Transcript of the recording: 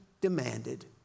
demanded